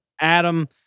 Adam